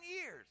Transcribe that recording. years